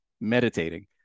meditating